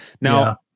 Now